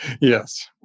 Yes